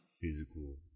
physical